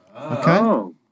Okay